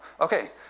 Okay